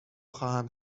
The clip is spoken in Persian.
خواهم